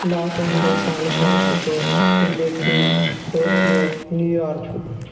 Los Angeles San Francisco tibet Tokyo New York